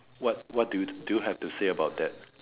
what what do you do you have to say about that